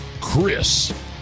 Chris